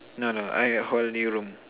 no no I at holding room